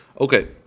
Okay